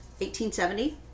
1870